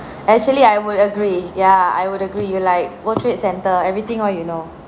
actually I would agree ya I would agree you are like world trade center everything all you know